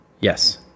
Yes